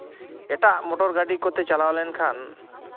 ᱮᱴᱟᱜ ᱢᱚᱴᱚᱨ ᱜᱟᱹᱰᱤ ᱠᱚᱛᱮ ᱪᱟᱞᱟᱣ ᱞᱮᱱᱠᱷᱟᱱ